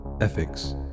Ethics